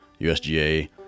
USGA